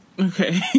Okay